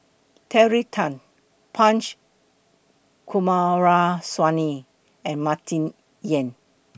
Terry Tan Punch Coomaraswamy and Martin Yan